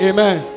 Amen